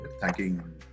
Thanking